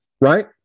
right